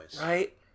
right